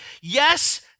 Yes